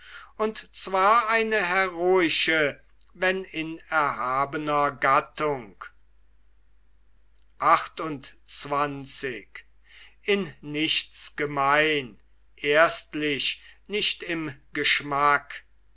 und zwar eine heroische wenn in erhabener gattung erstlich nicht im geschmack